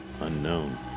unknown